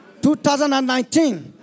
2019